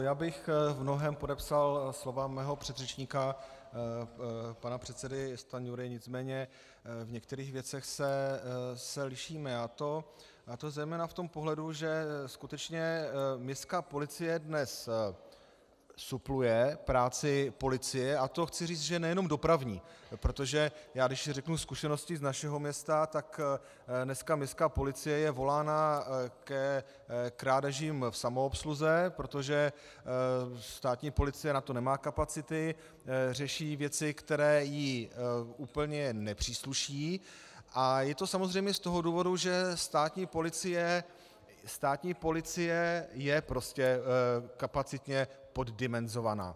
Já bych v mnohém podepsal slova svého předřečníka pana předsedy Stanjury, nicméně v některých věcech se lišíme, a to zejména v tom pohledu, že skutečně městská policie dnes supluje práci policie, a to chci říct, že nejenom dopravní, protože když řeknu zkušenosti z našeho města, tak je dneska městská policie volána ke krádežím v samoobsluze, protože státní policie na to nemá kapacity, řeší věci, které jí úplně nepřísluší, a je to samozřejmě z toho důvodu, že státní policie je prostě kapacitně poddimenzovaná.